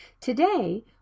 Today